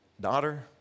daughter